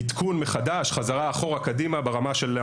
וזה לא משנה אם הוא חרדי, תל אביבי, או מהפזורה,